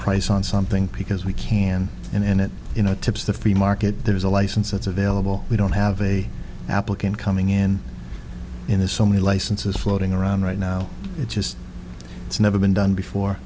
price on something people as we can and it you know tips the free market there's a license that's available we don't have a applicant coming in in this so many licenses floating around right now it's just it's never been done before